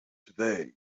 today